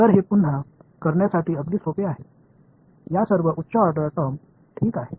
तर हे पुन्हा करण्यासाठी अगदी सोपे आहे या सर्व उच्च ऑर्डर टर्म ठीक आहेत